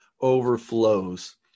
overflows